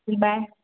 bye